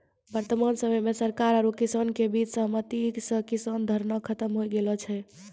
वर्तमान समय मॅ सरकार आरो किसान के बीच सहमति स किसान धरना खत्म होय गेलो छै